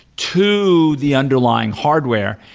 to the underlying hardware,